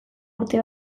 urte